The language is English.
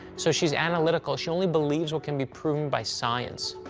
so she's analytical. she only believes what can be proven by science.